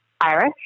Irish